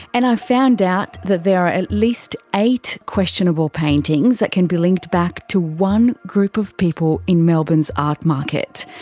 and i've found out that there are at least eight questionable paintings paintings that can be linked back to one group of people in melbourne's art market.